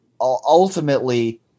ultimately